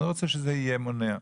אני לא רוצה שזה יהיה מונע.